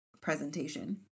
presentation